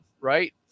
Right